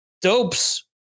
dopes